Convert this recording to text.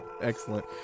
excellent